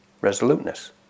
resoluteness